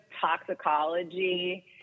toxicology